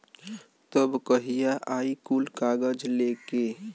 तब कहिया आई कुल कागज़ लेके?